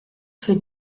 für